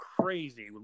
crazy